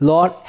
Lord